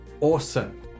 awesome